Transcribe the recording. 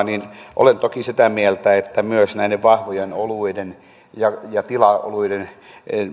niin olen toki sitä mieltä että myös näiden vahvojen oluiden ja ja tilaoluiden